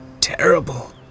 terrible